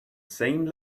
same